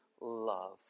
love